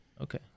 Okay